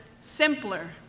simpler